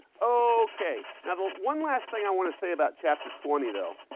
okay, now the one last thing i want to say about chapter twenty, though